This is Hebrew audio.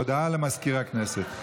הודעה למזכיר הכנסת.